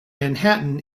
manhattan